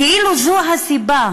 כאילו זו הסיבה.